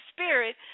Spirit